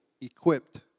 equipped